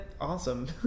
awesome